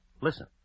Listen